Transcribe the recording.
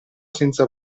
senza